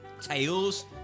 Tails